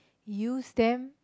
use them